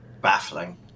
baffling